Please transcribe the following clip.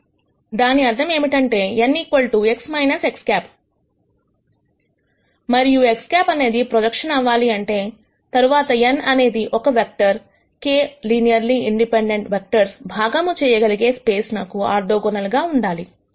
దాని అర్థం ఏమిటంటే nX X̂ మరియు X̂ అనేది ప్రొజెక్షన్ అవ్వాలి అంటే తర్వాత n అనేది ఒక vector k linearly independent vectors భాగము చేయగలిగే స్పేస్ నకు ఆర్థోగోనల్ గా ఉండాలి